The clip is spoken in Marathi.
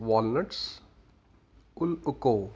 वॉलनट्स उल्क्को